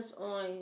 on